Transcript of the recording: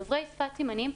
דוברי שפת סימנים,